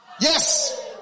Yes